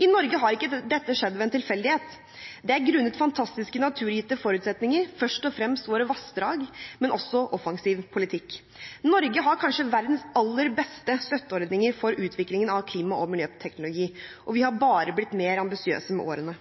I Norge har ikke dette skjedd ved en tilfeldighet; det er grunnet fantastiske naturgitte forutsetninger, først og fremst våre vassdrag, men også offensiv politikk. Norge har kanskje verdens aller beste støtteordninger for utvikling av klima- og miljøteknologi, og vi har bare blitt mer ambisiøse med årene.